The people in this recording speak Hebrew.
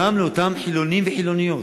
גם לאותם חילונים וחילוניות,